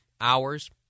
hours